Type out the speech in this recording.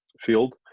field